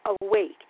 awake